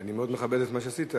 אני מאוד מכבד את מה שעשית,